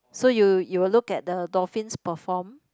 so you you will look at the dolphins perform